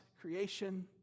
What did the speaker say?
creation